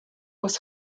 was